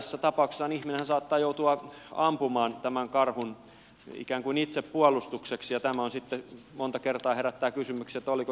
tällaisessa tapauksessahan ihminen saattaa joutua ampumaan tämän karhun ikään kuin itsepuolustukseksi ja tämä sitten monta kertaa herättää kysymyksen oliko itsepuolustusta vai ei